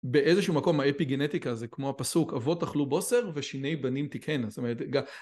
באיזשהו מקום האפי גנטיקה זה כמו הפסוק אבות אכלו בוסר ושני בנים תקהינה